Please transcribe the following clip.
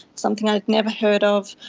something i'd never heard of.